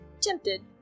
Tempted